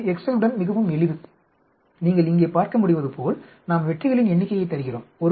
இது எக்செல் உடன் மிகவும் எளிது நீங்கள் இங்கே பார்க்க முடிவதுபோல் நாம் வெற்றிகளின் எண்ணிக்கையை தருகிறோம்